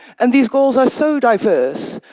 and these goals are so diverse,